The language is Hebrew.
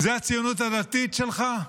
זו הציונות הדתית שלך?